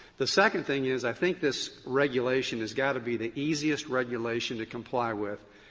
the second thing is i think this regulation has got to be the easiest regulation to comply with.